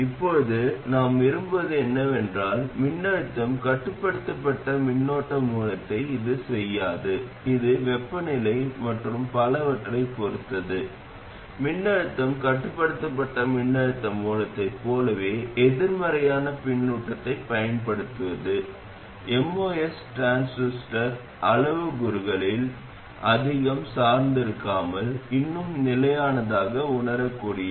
இப்போது MOS transistor இருக்கும் விதம் கட்டுப்பாடு மற்றும் கட்டுப்படுத்தும் பக்கத்திற்கு இடையே ஒரு பொதுவான முனையத்தைக் கொண்டிருப்பதால் மூல முனையமானது இரண்டு பக்கங்களுக்கும் பொதுவானது என்பதால் k என்பது ஒன்றுக்கு சமம் என்பதை மட்டுமே நாம் உணர முடியும்